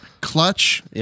Clutch